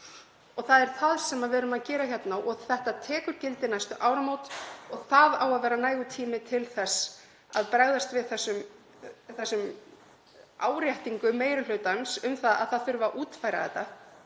Það er það sem við erum að gera hérna og þetta tekur gildi næstu áramót og það á að vera nægur tími til að bregðast við þessum áréttingum meiri hlutans um að það þurfi að útfæra þetta.